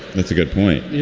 that's a good point. yeah,